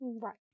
Right